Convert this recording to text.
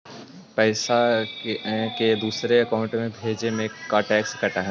पैसा के दूसरे के अकाउंट में भेजें में का टैक्स कट है?